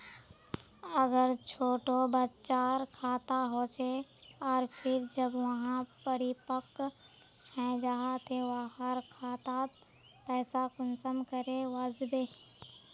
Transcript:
अगर छोटो बच्चार खाता होचे आर फिर जब वहाँ परिपक है जहा ते वहार खातात पैसा कुंसम करे वस्बे?